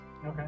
Okay